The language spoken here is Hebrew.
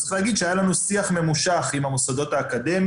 וצריך להגיד שהיה לנו שיח ממושך עם המוסדות האקדמיים,